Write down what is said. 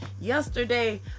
yesterday